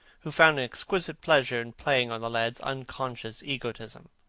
who found an exquisite pleasure in playing on the lad's unconscious egotism,